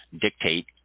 dictate